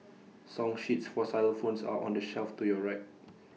song sheets for xylophones are on the shelf to your right